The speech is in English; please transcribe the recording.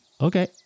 Okay